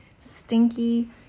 stinky